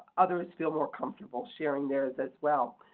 others feel more comfortable sharing theirs as well.